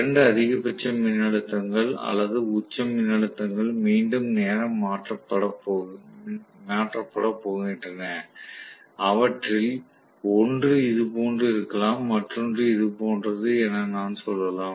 இரண்டு அதிகபட்ச மின்னழுத்தங்கள் அல்லது உச்ச மின்னழுத்தங்கள் மீண்டும் நேரம் மாற்றப்படப் போகின்றன அவற்றில் ஒன்று இதுபோன்று இருக்கலாம் மற்றொன்று இது போன்றது என நான் சொல்லலாம்